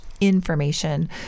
information